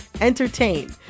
entertain